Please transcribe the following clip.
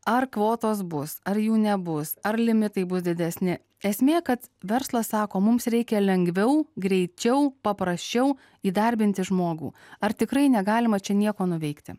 ar kvotos bus ar jų nebus ar limitai bus didesni esmė kad verslas sako mums reikia lengviau greičiau paprasčiau įdarbinti žmogų ar tikrai negalima čia nieko nuveikti